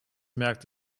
merkt